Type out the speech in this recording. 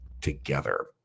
together